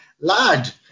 Lad